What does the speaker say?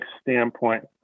standpoint